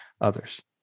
others